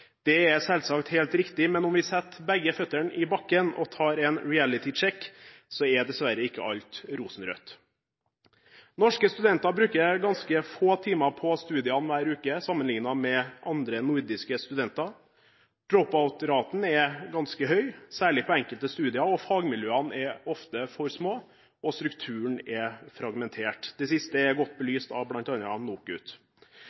Det er selvsagt helt riktig, men om vi setter begge føttene i bakken og tar en «reality check», er dessverre ikke alt rosenrødt. Norske studenter bruker ganske få timer på studiene hver uke sammenlignet med andre nordiske studenter. Drop-out-raten er ganske høy, særlig på enkelte studier, fagmiljøene er ofte for små, og strukturen er fragmentert. Det siste er godt